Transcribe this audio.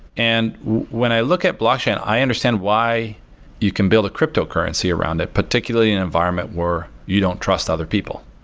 and when i look at blockchain, i understand why you can build a cryptocurrency around it, particularly in an environment where you don't trust other people,